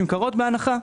נמכרות בהנחה,